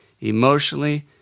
emotionally